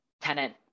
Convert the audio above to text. tenant